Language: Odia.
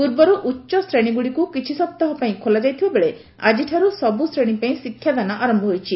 ପୂର୍ବରୁ ଉଚ୍ଚ ଶ୍ରେଣୀଗୁଡ଼ିକୁ କିଛିସପ୍ତାହ ପାଇଁ ଖୋଲାଯାଇଥିବା ବେଳେ ଆକିଠାରୁ ସବୁଶ୍ରେଣୀ ପାଇଁ ଶିକ୍ଷାଦାନ ଆରମ୍ଭ ହୋଇଛି